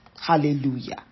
Hallelujah